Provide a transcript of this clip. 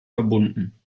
verbunden